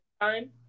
Time